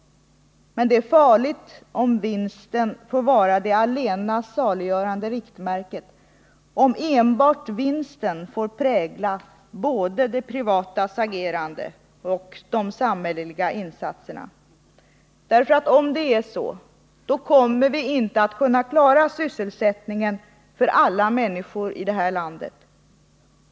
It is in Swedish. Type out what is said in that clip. Men det är farligt om vinsten får vara det allena saliggörande riktmärket, om enbart vinsten får prägla både de privatas agerande och de samhälleliga insatserna. Om det är så, kommer vi inte att kunna klara sysselsättningen för alla människor i det här landet.